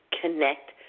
connect